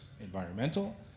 environmental